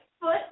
foot